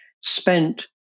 spent